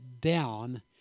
down